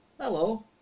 Hello